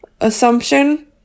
assumption